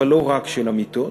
אבל לא רק של המיטות,